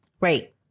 Right